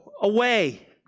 away